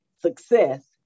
success